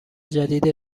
جدید